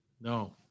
No